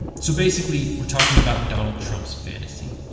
so basically, we're talking about donald trump's fantasy.